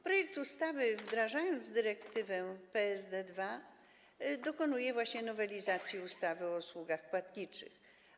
Projekt ustawy, wdrażając dyrektywę PSD 2, dokonuje właśnie nowelizacji ustawy o usługach płatniczych.